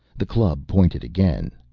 the club pointed again.